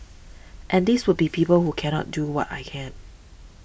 and these would be people who cannot do what I can